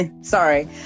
sorry